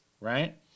right